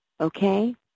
okay